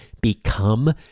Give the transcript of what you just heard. become